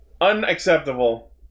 Unacceptable